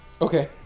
Okay